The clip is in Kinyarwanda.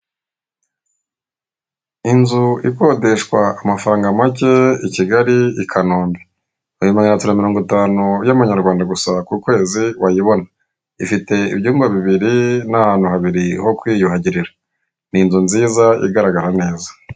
Inzu ikodeshwa amafaranga make i Kigali i kanombe, iya magana tatu mirongo itanu ku kwezi wayibona, ifite ibyumba bibiri n'ahantu habiri ho kwiyuhagiirira, ni inzu nziza igaragara neza.